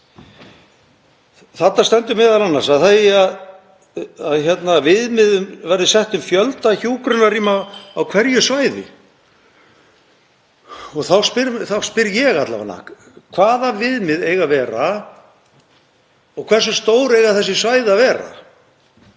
Þarna stendur m.a. að viðmið verði sett um fjölda hjúkrunarrýma á hverju svæði. Þá spyr ég alla vega: Hvaða viðmið eiga að vera? Hversu stór eiga þessi svæði að vera?